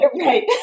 Right